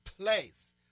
place